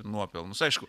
nuopelnus aišku